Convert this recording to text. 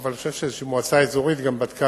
אבל אני חושב שמועצה אזורית כלשהי בדקה